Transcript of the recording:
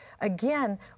again